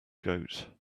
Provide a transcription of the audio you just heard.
goat